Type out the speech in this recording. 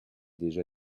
déjà